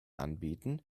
anbieten